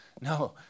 No